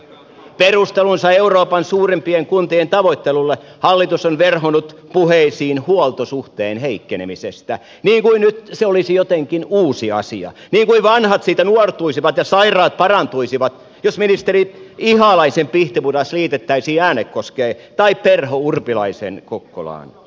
perustelunsa euroopan suurimpien kuntien tavoittelulle hallitus on verhonnut puheisiin huoltosuhteen heikkenemisestä niin kuin se nyt olisi jotenkin uusi asia niin kuin vanhat siitä nuortuisivat ja sairaat parantuisivat jos ministeri ihalaisen pihtipudas liitettäisiin äänekoskeen tai perho urpilaisen kokkolaan